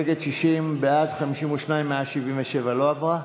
נגד, 59, בעד, 52. 176 לא עברה.